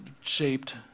shaped